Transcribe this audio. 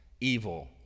evil